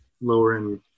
lowering